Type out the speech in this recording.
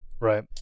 Right